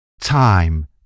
Time